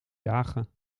jagen